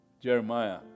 Jeremiah